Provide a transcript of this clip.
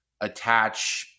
attach